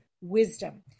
wisdom